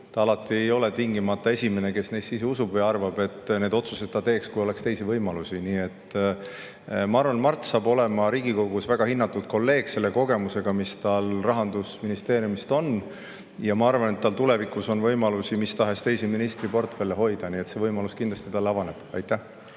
ta alati ei ole tingimata esimene, kes neisse usub ja kes arvab, et ta teeks need otsused ka siis, kui oleks teisi võimalusi. Ma arvan, et Mart saab olema Riigikogus väga hinnatud kolleeg, selle kogemusega, mis tal Rahandusministeeriumist on. Ma arvan, et tal on tulevikus võimalus mis tahes teisi ministriportfelle hoida. See võimalus talle kindlasti avaneb. Aitäh!